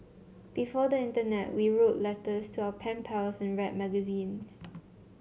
before the internet we wrote letters to our pen pals and read magazines